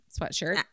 sweatshirt